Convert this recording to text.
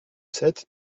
sept